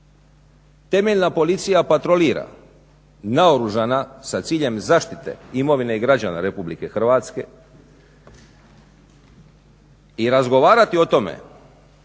Temeljna policija patrolira naoružana sa ciljem zaštite imovine i građana Republike Hrvatske. I razgovarati o tome